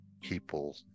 people